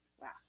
Wow